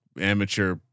amateur